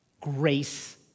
grace